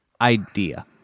idea